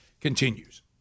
continues